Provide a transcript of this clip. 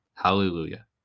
Hallelujah